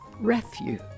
Refuge